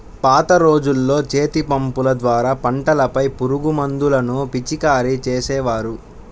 పాత రోజుల్లో చేతిపంపుల ద్వారా పంటలపై పురుగుమందులను పిచికారీ చేసేవారు